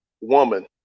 woman